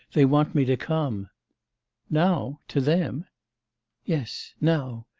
they want me to come now? to them yes. now,